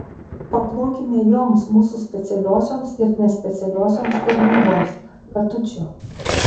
paplokime joms mūsų specialiosioms ir nespecialiosioms tarnyboms katučių